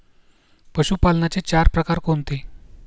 पशुपालनाचे चार प्रकार कोणते?